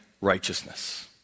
righteousness